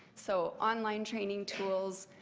so online training tools,